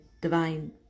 divine